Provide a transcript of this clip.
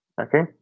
Okay